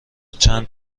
چند